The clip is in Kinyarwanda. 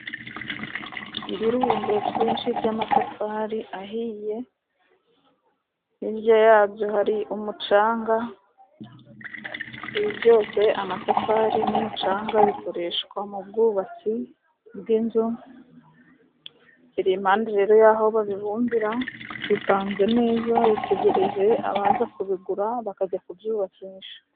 Ibirundo byinshi by'amatafari ahiye hirya yabyo hari umucanga, ibi byose amatafari n'umucanga bikoreshwa mu bwubatsi bw'inzu, ir'impande rero y'aho babibumbira bipanze neza, bitegereje abaza kubigura bakajya kubyubakisha.